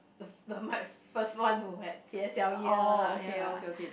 the f~ the my first one who had P_S_L_E ya ya